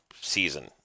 season